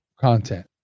content